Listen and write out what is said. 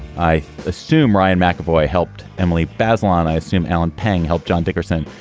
i assume ryan macavoy helped emily bazelon. i assume allen pang helped john dickerson.